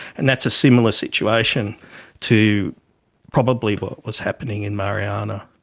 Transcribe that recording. and that's a similar situation to probably what was happening in mariana.